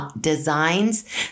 designs